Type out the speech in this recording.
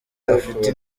afite